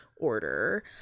order